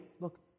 look